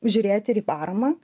žiūrėt ir į paramą